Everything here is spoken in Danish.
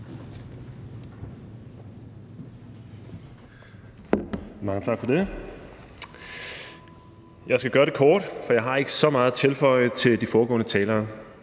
Mange tak for det. Jeg skal gøre det kort, for jeg har ikke så meget at tilføje til de foregående talere.